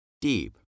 deep